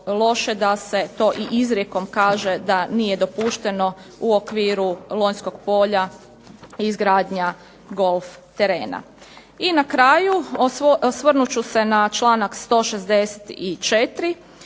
loše da se izrijekom to kaže da nije dopušteno u okviru Lonjskog polja izgradnja golf terena. I na kraju osvrnut ću se na članak 164.